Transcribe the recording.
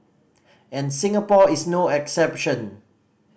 and Singapore is no exception